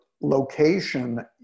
location